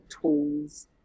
tools